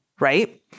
Right